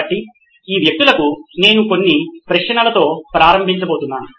కాబట్టి ఈ వ్యక్తులకు నేను కొన్ని ప్రశ్నలతో ప్రారంభించబోతున్నాను